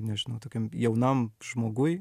nežinau tokiam jaunam žmoguj